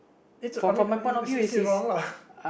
it's I mean I mean say say wrong lah